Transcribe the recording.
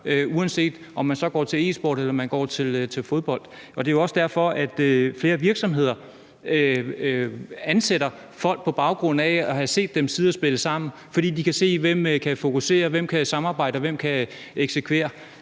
uanset om man så går til e-sport eller man går til fodbold. Det er også derfor, at flere virksomheder ansætter folk på baggrund af at have set dem sidde og spille sammen, fordi de kan se, hvem der kan fokusere, hvem der kan samarbejde, og hvem der kan eksekvere.